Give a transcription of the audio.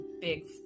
big